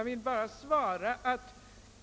Herr talman!